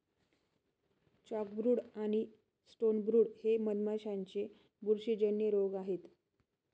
chalkbrood आणि stonebrood हे मधमाशांचे बुरशीजन्य रोग आहेत